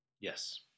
Yes